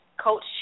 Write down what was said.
Coach